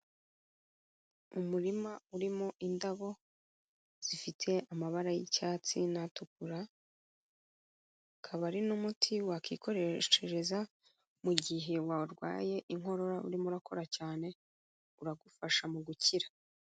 Umurima urimo indabo zifite amabara y'icyatsi n'atukura, akaba ari n'umuti wakikoreshereza mu gihe warwaye inkorora urimo urakorora cyane, uragufasha mu gukira.